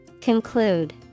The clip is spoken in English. Conclude